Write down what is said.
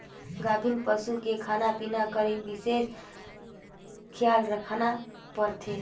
गाभिन पसू के खाना पिना कर बिसेस खियाल रखना परथे